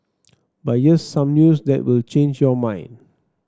but here's some news that will change your mind